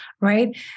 right